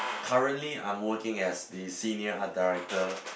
currently I am working as the senior art director